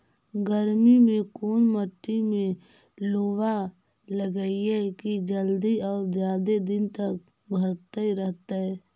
गर्मी में कोन मट्टी में लोबा लगियै कि जल्दी और जादे दिन तक भरतै रहतै?